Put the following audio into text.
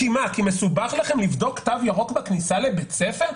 כי מסובך לכם לבדוק תו ירוק בכניסה לבית הספר?